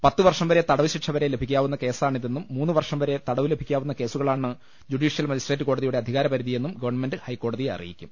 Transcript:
പത്ത് വർഷം വരെ തടവു ശിക്ഷ വരെ ലഭിക്കാവുന്ന കേസാണ് ഇതെന്നും മൂന്ന് വർഷം വരെ തടവു ലഭിക്കാവുന്ന കേസുകളാണ് ജുഡീഷ്യൽ മജിസ്ട്രേറ്റ് കോടതിയുടെ അധികാര പരിധിയെന്നും ഗവൺമെന്റ് ഹൈക്കോടതിയെ അറിയിക്കും